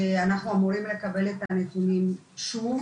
ואנחנו אמורים לקבל את הנתונים שוב,